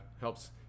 helps